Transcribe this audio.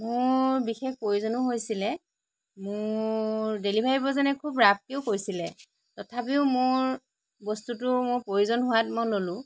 মোৰ বিশেষ প্ৰয়োজনো হৈছিল মোৰ ডেলিভাৰী বয়জনে খুব ৰাফকেও কৈছিলে তথাপিও মোৰ বস্তুটো মোৰ প্ৰয়োজন হোৱাত মই ল'লোঁ